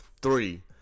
three